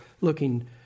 looking